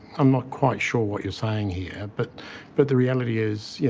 i'm not quite sure what you're saying here, but. but the reality is, you